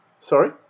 Sorry